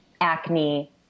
acne